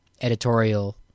editorial